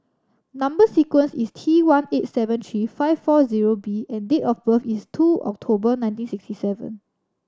number sequence is T one eight seven three five four zero B and date of birth is two October nineteen sixty seven